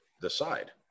decide